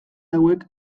hauek